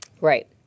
Right